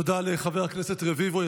תודה לחבר הכנסת רביבו.